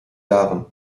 jahren